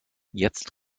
jetzt